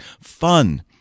fun